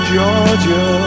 Georgia